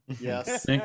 Yes